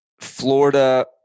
Florida